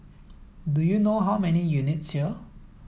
do you know how many units here